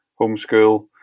homeschool